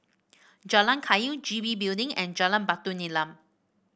Jalan Kayu G B Building and Jalan Batu Nilam